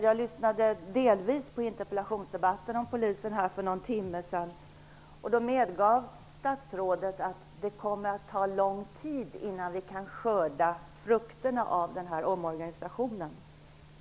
Jag lyssnade delvis på interpellationsdebatten om Polisen här för någon timme sedan, och då medgav statsrådet att det kommer att ta lång tid innan vi kan skörda frukterna av den här omorganisationen.